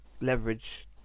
leverage